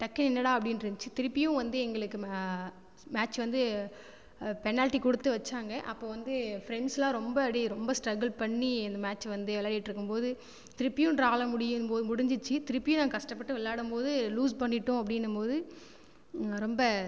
டக்குன்னு என்னடா அப்படினு இருந்துச்சு திருப்பியும் வந்து எங்களுக்கு மேட்ச் வந்து பெனால்ட்டி கொடுத்து வச்சாங்க அப்போ வந்து ஃப்ரெண்ட்ஸ்லாம் ரொம்ப அப்டே ரொம்ப ஸ்டரகுல் பண்ணி இந்த மேட்ச்சை வந்து விளையாடிட்டுருக்குமோது திருப்பியும் ட்ராவில முடியுமோ முடிஞ்சிச்சு திருப்பியும் நாங்கள் கஷ்டப்பட்டு விளையாடபோது லூஸ் பண்ணிட்டோம் அப்படின்னுமோது நான் ரொம்ப